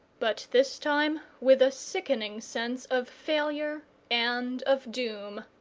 but this time with a sickening sense of failure and of doom.